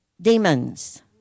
demons